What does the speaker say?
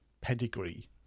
pedigree